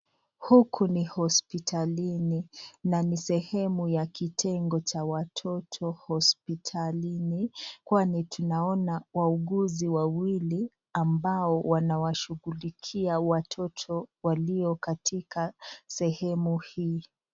Huku ni hospitalini na ni sehemu ya kitengo cha watoto hospitalini kwani tunaona wauguzi wawili ambao wanawashughulikia watoto walio katika sehemu hii.